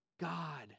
God